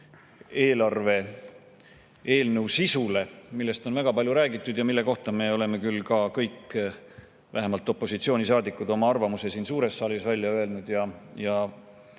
eelarve-eelnõu sisule, millest on väga palju räägitud ja mille kohta me oleme ka kõik, vähemalt opositsioonisaadikud, oma arvamuse siin suures saalis välja öelnud,